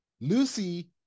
Lucy